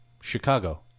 Chicago